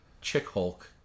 Chick-Hulk